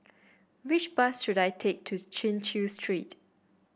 which bus should I take to Chin Chew Street